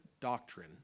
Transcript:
doctrine